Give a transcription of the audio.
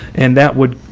and that would,